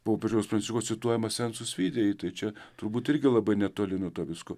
popiežiaus pranciškaus cituojamas sensus vidiji tai čia turbūt irgi labai netoli nuo to visko